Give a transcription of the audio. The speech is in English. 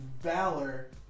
Valor